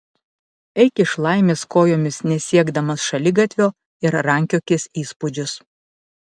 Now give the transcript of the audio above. eik iš laimės kojomis nesiekdamas šaligatvio ir rankiokis įspūdžius